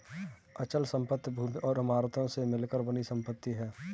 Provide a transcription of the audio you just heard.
अचल संपत्ति भूमि और इमारतों से मिलकर बनी संपत्ति है